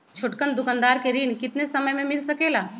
छोटकन दुकानदार के ऋण कितने समय मे मिल सकेला?